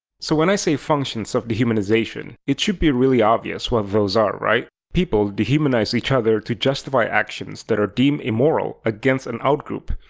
so when i say functions of dehumanization, it should be pretty obvious what those are, right? people dehumanize each other to justify actions that are deemed immoral against an outgroup.